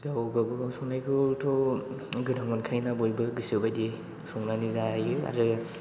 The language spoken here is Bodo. गाव गावबागाव संनायखौथ' गोथाव मोनखायो ना बयबो गोसोबायदि संनानै जायो आरो